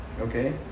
okay